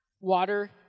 water